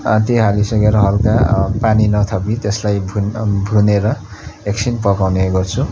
त्यो हालि सकेर हल्का पानी नथपी त्यसलाई भुन भुनेर एकछिन पकाउने गर्छु